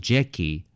Jackie